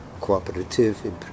Cooperative